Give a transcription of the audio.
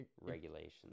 regulations